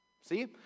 See